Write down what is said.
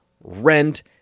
Rent